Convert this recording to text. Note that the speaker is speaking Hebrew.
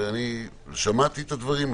אני שמעתי את הדברים,